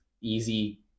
easy